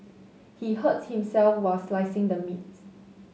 he hurt himself while slicing the meat